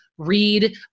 Read